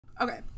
Okay